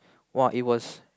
!wah! it was